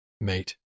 mate